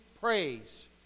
praise